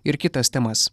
ir kitas temas